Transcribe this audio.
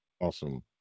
Awesome